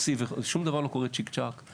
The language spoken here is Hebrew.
לזכור שום דבר לא קורה צ׳יק צ׳ק,